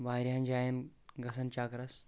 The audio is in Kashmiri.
واریاہن جاین گژھان چکرس